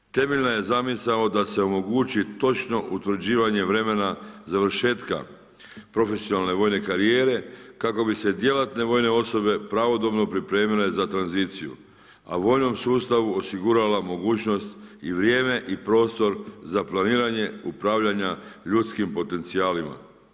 Temeljna je zamisao da se omogući točno utvrđivanje vremena završetka profesionalne vojne karijere kako bi se djelatne vojne osobe pravodobno pripremile za tranziciju, a vojnom sustavu osigurala mogućnost i vrijeme i prostor za planiranje upravljanja ljudskim potencijalima.